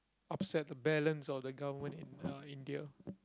upset the balance of the government in uh India